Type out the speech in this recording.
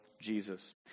Jesus